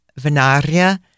Venaria